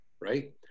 right